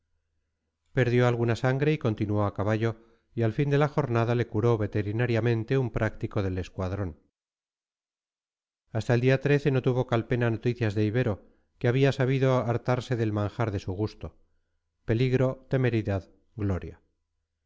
perdió alguna sangre continuó a caballo y al fin de la jornada le curó veterinariamente un práctico del escuadrón hasta el día no tuvo calpena noticias de ibero que había sabido hartarse del manjar de su gusto peligro temeridad gloria